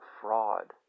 fraud